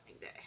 day